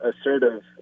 assertive